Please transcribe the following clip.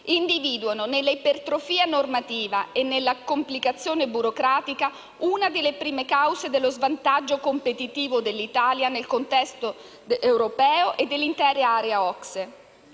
individuano nell'ipertrofia normativa e nella complicazione burocratica una delle prime cause dello svantaggio competitivo dell'Italia nel contesto europeo e dell'intera area OCSE.